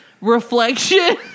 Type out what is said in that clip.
Reflection